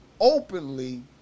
openly